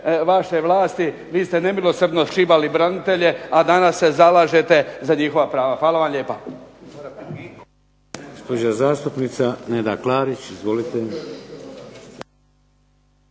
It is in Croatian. vaše vlasti, vi ste nemilosrdno šibali branitelje, a danas se zalažete za njihova prava. Hvala vam lijepa.